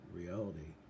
reality